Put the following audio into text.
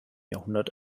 jahrhundert